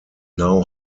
now